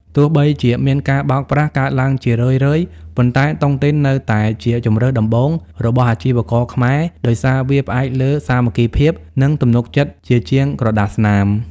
ទោះបីជាមានការបោកប្រាស់កើតឡើងជារឿយៗ ប៉ុន្តែតុងទីននៅតែជាជម្រើសដំបូងរបស់អាជីវករខ្មែរ ដោយសារវាផ្អែកលើ "សាមគ្គីភាព និងទំនុកចិត្ត" ជាជាងក្រដាសស្នាម។